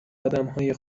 آدمای